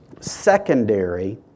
secondary